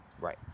right